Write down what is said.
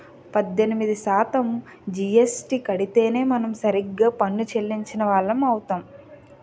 పద్దెనిమిది శాతం జీఎస్టీ కడితేనే మనం సరిగ్గా పన్ను చెల్లించిన వాళ్లం అవుతాం